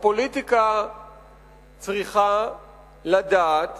הפוליטיקה צריכה לדעת